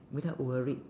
without worried